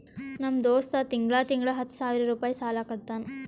ನಮ್ ದೋಸ್ತ ತಿಂಗಳಾ ತಿಂಗಳಾ ಹತ್ತ ಸಾವಿರ್ ರುಪಾಯಿ ಸಾಲಾ ಕಟ್ಟತಾನ್